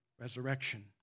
resurrection